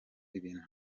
ibintu